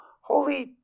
holy